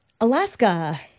Alaska